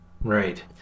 Right